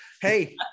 Hey